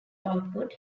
output